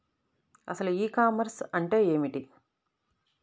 అసలు ఈ కామర్స్ అంటే ఏమిటి?